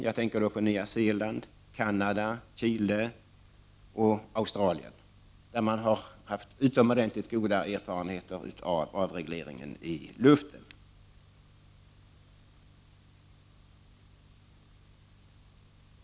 Jag tänker på Nya Zeeland, Canada, Chile och Australien. Där har man utomordentligt goda erfarenheter av avregleringen av lufttrafiken.